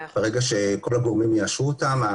ברגע שכל הגורמים יאשרו אותם,